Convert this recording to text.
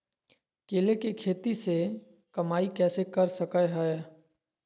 केले के खेती से कमाई कैसे कर सकय हयय?